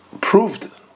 proved